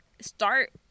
start